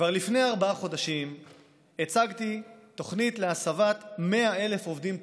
כבר לפני ארבעה חודשים הצגתי תוכנית להסבת 100,000 עובדים טורבו.